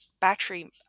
battery